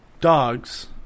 dogs